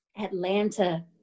Atlanta